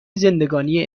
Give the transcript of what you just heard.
زندگانی